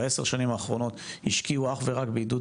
בעשר השנים האחרונות השקיעו אך ורק בעידוד